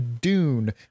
Dune